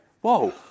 whoa